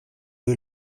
leu